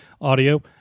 audio